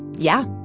yeah.